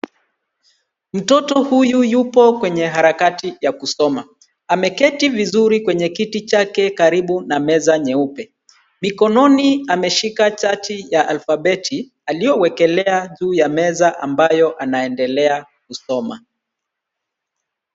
Mtoto huyu yupo kwenye harakati ya kusoma. Ameketi vizuri kwenye kiti chake karibu na meza nyeupe. Mikononi ameshika chati ya alfabeti aliyowekelea juu ya meza ambayo anaendelea kusoma.